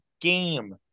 game